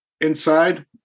inside